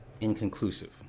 inconclusive